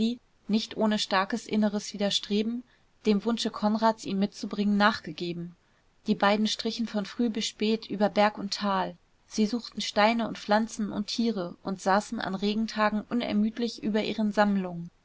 nicht ohne starkes inneres widerstreben dem wunsche konrads ihn mitzubringen nachgegeben die beiden strichen von früh bis spät über berg und tal sie suchten steine und pflanzen und tiere und saßen an regentagen unermüdlich über ihren sammlungen